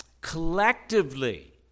Collectively